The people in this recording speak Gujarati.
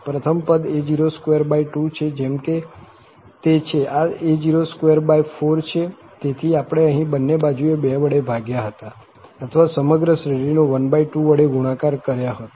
પ્રથમ પદ a022 છે જેમ કે તે છે આ a024 છે તેથી આપણે અહીં બંને બાજુએ 2 વડે ભાગ્યા હતા અથવા સમગ્ર શ્રેઢીનો 12 વડે ગુણાકાર કર્યો હતા